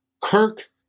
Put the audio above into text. Kirk